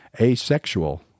Asexual